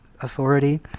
authority